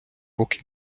поки